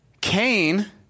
Cain